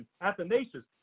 Athanasius